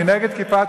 הרמקול, כך הוא עשה.